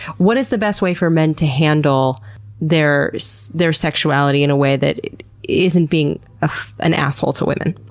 what is the best way for men to handle their so their sexuality in a way that isn't being ah an asshole to women?